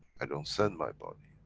i don't send my body,